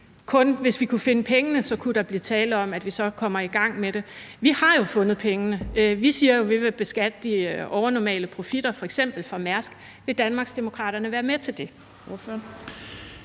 kun, hvis vi kunne finde pengene, at vi så kunne komme i gang med det. Vi har jo fundet pengene; vi siger, at vi vil beskatte de overnormale profitter, f.eks. fra Mærsk. Vil Danmarksdemokraterne være med til det?